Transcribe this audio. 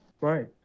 Right